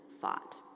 thought